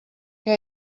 què